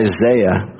Isaiah